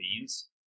beans